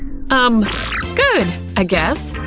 um good, i guess.